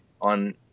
on